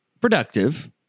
productive